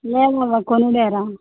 లేదమ్మా కొనిలేరా